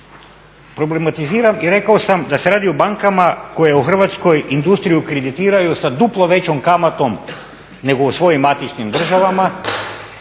problematiziram. I rekao sam da se radi o bankama koje u Hrvatskoj industriju kreditiraju sa duplo većom kamatom nego u svojim matičnim državama,